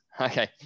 Okay